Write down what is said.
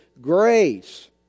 grace